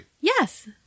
Yes